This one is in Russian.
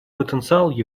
потенциал